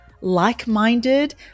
like-minded